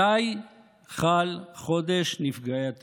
מתי חל חודש נפגעי הטרור?